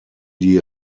die